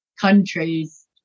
countries